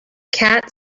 cat